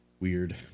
Weird